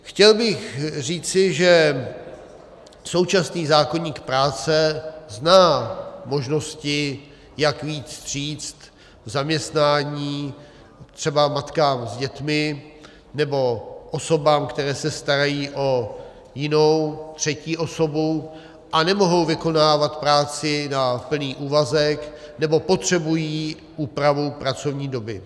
Chtěl bych říci, že současný zákoník práce zná možnosti, jak vyjít vstříc v zaměstnání třeba matkám s dětmi nebo osobám, které se starají o jinou, třetí osobu a nemohou vykonávat práci na plný úvazek nebo potřebují úpravu pracovní doby.